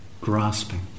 grasping